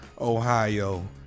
Ohio